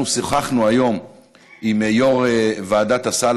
אנחנו שוחחנו היום עם יו"ר ועדת הסל